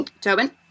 Tobin